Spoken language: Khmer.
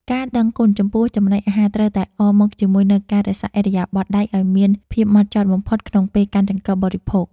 ការដឹងគុណចំពោះចំណីអាហារត្រូវតែអមមកជាមួយនូវការរក្សាឥរិយាបថដៃឱ្យមានភាពហ្មត់ចត់បំផុតក្នុងពេលកាន់ចង្កឹះបរិភោគ។